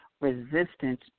resistance